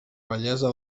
bellesa